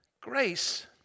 Grace